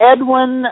Edwin